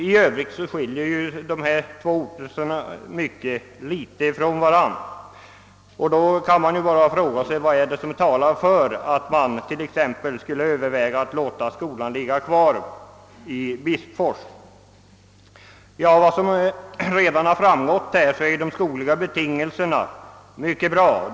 I övrigt skiljer sig de båda orterna mycket litet från varandra. Då kan man fråga vad som talar för att låta skolan ligga kvar i Bispfors. Som redan framgått är de skogliga betingelserna mycket bra där.